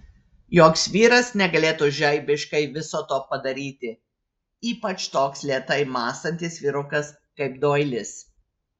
joks vyras negalėtų žaibiškai viso to padaryti ypač toks lėtai mąstantis vyrukas kaip doilis